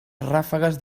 ràfegues